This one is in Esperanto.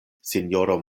sinjoro